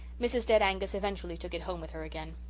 mrs. dead angus eventually took it home with her again.